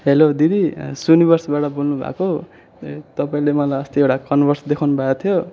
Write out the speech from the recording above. hello दिदी सू युनिभर्सबाट बोल्नु भएको ए तपाईँले मलाई अस्ति एउटा कन्भर्स देखाउनु भएको थियो